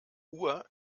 uhr